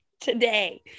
today